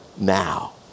now